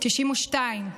92,